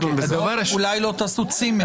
אולי לא תעשו צימעס.